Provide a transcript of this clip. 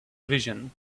vision